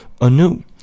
anew